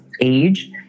age